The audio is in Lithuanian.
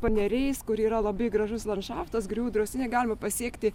paneriais kur yra labai gražus landšaftas griovų draustinyje galima pasiekti